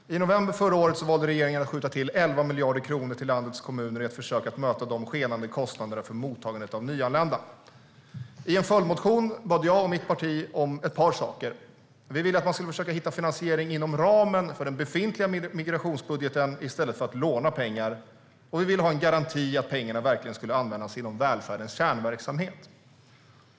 Fru talman! I november förra året valde regeringen att skjuta till 11 miljarder kronor till landets kommuner i ett försök att möta de skenande kostnaderna för mottagandet av nyanlända. I en följdmotion bad jag och mitt parti om ett par saker: Vi ville att man skulle försöka hitta finansiering inom ramen för den befintliga migrationsbudgeten i stället för att låna pengar, och vi ville ha en garanti för att pengarna verkligen skulle användas inom välfärdens kärnverksamhet.